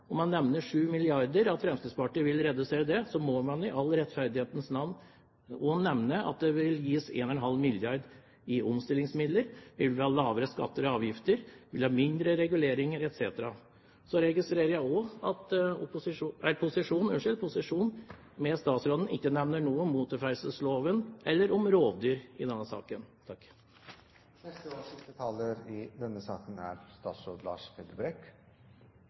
om budsjetter og tall – og man nevner at Fremskrittspartiet vil redusere med 7 mrd. kr – må man i all rettferdighets navn også nevne at det vil gis 1½ mrd. kr i omstillingsmidler, det vil bli lavere skatter og avgifter, mindre reguleringer etc. Så registrerer jeg også at posisjonen, med statsråden, ikke nevner noe om motorferdselsloven eller rovdyr i denne saken. Også jeg vil takke for debatten og for denne